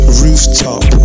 rooftop